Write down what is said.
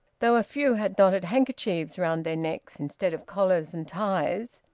though a few had knotted handkerchiefs round their necks instead of collars and ties.